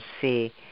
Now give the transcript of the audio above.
see